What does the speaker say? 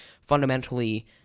fundamentally